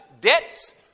debts